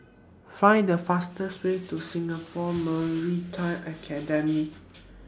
Find The fastest Way to Singapore Maritime Academy